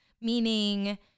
meaning